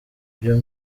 byo